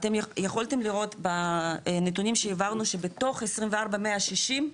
אתם יכולתם לראות בנתונים שהעברנו שבתוך 24,160,